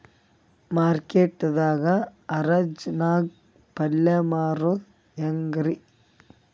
Market ದಾಗ್ ಹರಾಜ್ ನಾಗ್ ಪಲ್ಯ ಮಾರುದು ಹ್ಯಾಂಗ್ ರಿ?